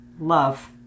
love